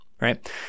right